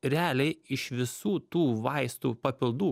realiai iš visų tų vaistų papildų